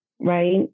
right